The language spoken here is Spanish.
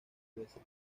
veces